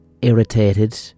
irritated